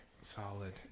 Solid